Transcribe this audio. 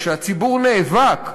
כשהציבור נאבק,